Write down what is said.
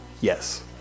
yes